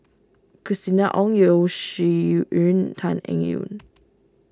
Christina Ong Yeo Shih Yun Tan Eng Yoon